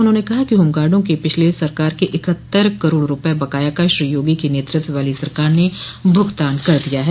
उन्होंने कहा कि होमगार्डों के पिछली सरकार के इकहत्तर करोड़ रूपये बकाया का श्री योगी के नेतृत्व वाली सरकार ने भुगतान कर दिया है